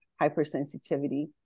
hypersensitivity